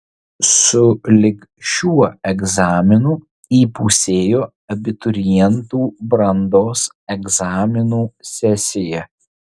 su lig šiuo egzaminu įpusėjo abiturientų brandos egzaminų sesija